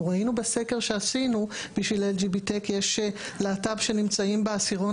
אנחנו ראינו בסקר שעשינו בשביל LGBTECH יש להט"ב שנמצאים בעשירון